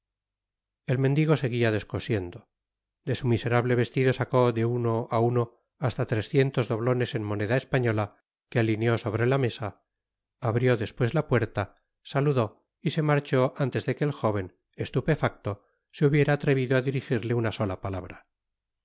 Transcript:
el mendigo seguia descosiendo de su miserable vestido sacó de uno á uno hasta trescientos doblones en moneda española que alineó sobre la mesa abrió despues la puerta saludó y se marchó antes de que el jóven estupefacto se hubiera atrevido á dirijirle una sola palabra